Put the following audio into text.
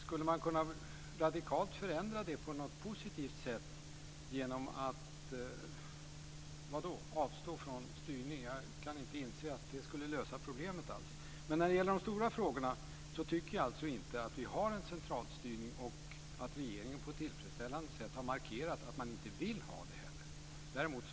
Skulle man kunna radikalt förändra det på något positivt sätt genom att avstå från styrning? Jag kan inte inse att det alls skulle lösa problemet. När det gäller de stora frågorna tycker jag alltså inte att vi har en centralstyrning, och jag tycker att regeringen på ett tillfredsställande sätt har markerat att man inte heller vill ha det.